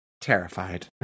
terrified